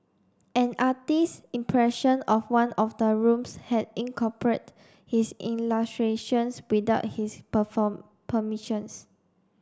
an artist impression of one of the rooms had incorporate his illustrations without his perform permissions